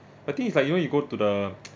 I think it's like you know you go to the